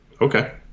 Okay